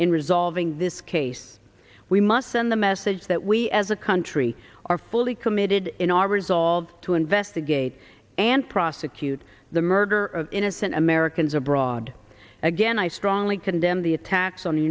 in resolving this case we must send the message that we as a country are fully committed in our resolve to investigate and prosecute the murder of innocent americans abroad again i strongly condemn the attacks on the